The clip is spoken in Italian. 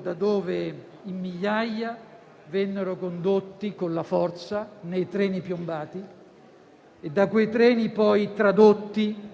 da dove in migliaia vennero condotti con la forza nei treni piombati, e da quei convogli poi tradotti